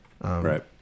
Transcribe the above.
Right